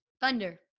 Thunder